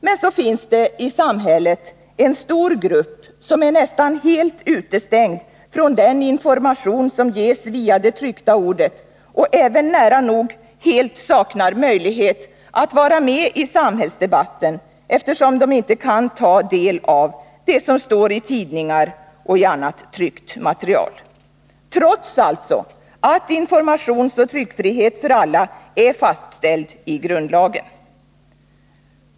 Men så finns det i samhället en stor grupp, som är nästan helt utestängd från den information som ges med hjälp av det tryckta ordet och även nära nog helt saknar möjlighet att vara med i samhällsdebatten, eftersom gruppen inte kan ta del av det som står i tidningar och annat tryckt material — alltså trots att informationsoch tryckfriheten för alla är fastställd i grundlagen.